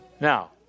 Now